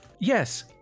Yes